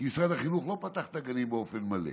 כי משרד החינוך לא פתח את הגנים באופן מלא.